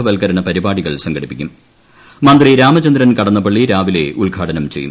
വൽക്കരണ പരിപാടികൾ മന്ത്രി രാമചന്ദ്രൻ കടന്നപ്പള്ളി രാവിലെ ഉദ്ഘാടനം ചെയ്യും